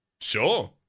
Sure